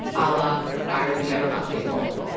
ah la byron the everlasting bulb.